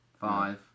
Five